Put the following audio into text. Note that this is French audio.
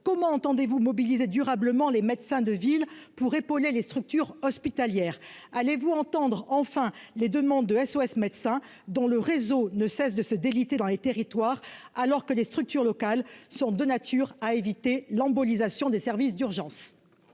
comment entendez-vous mobiliser durablement les médecins de ville pour épauler les structures hospitalières allez-vous entendre enfin les demandes de SOS Médecins dans le réseau ne cesse de se déliter dans les territoires, alors que les structures locales sont de nature à éviter l'embolisation des services d'urgence.